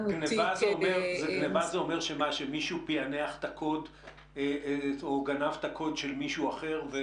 גניבה זה אומר שמישהו כייס את הארנק הווירטואלי של מישהו אחר?